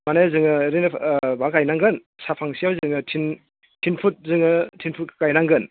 माने जोङो ओरैनो माबा गायनांगोन साहा फांसेयाव जोङो थिन फुट जोंङो थिन फुट गायनांगोन